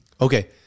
Okay